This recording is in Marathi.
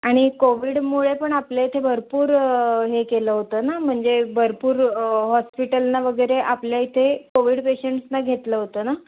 आणि कोविडमुळे पण आपल्या इथे भरपूर हे केलं होतं ना म्हणजे भरपूर हॉस्पिटलना वगैरे आपल्या इथे कोविड पेशंट्सना घेतलं होतं ना